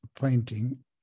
painting